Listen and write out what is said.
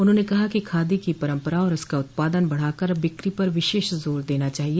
उन्होंने कहा कि खादी की परम्परा और इसका उत्पादन बढ़ाकर बिक्री पर विशेष जोर देना चाहिए